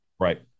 Right